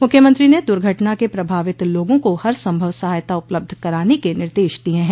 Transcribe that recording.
मुख्यमंत्री ने दुर्घटना के प्रभावित लोगों को हर संभव सहायता उपलब्ध कराने के निर्देश दिये हैं